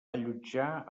allotjar